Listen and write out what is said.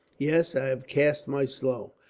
yes, i have cast my slough,